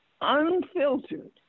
unfiltered